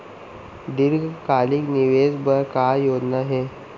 दीर्घकालिक निवेश बर का योजना हे?